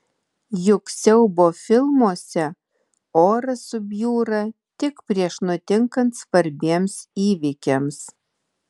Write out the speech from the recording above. juk siaubo filmuose oras subjūra tik prieš nutinkant svarbiems įvykiams